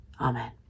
Amen